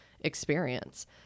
experience